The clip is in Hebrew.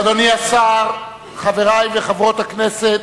אדוני השר, חברי וחברות הכנסת,